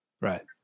Right